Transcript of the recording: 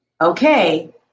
okay